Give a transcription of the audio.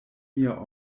mia